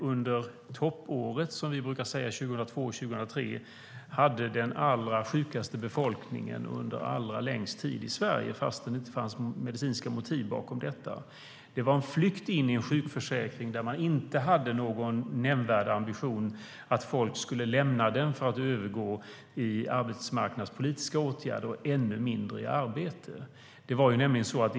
Under toppåret, 2002-2003, hade vi den allra sjukaste befolkningen under allra längst tid i Sverige, fast det inte fanns medicinska motiv bakom detta. Det var en flykt in i en sjukförsäkring, och man hade inte någon nämnvärd ambition att folk skulle lämna den för att övergå till arbetsmarknadspolitiska åtgärder och ännu mindre att folk skulle få arbete.